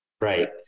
Right